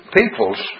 peoples